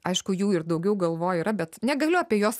aišku jų ir daugiau galvoju yra bet negaliu apie juos